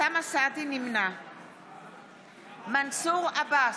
נמנע מנסור עבאס,